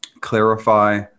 Clarify